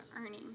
earning